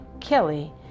Kelly